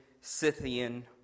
Scythian